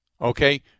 okay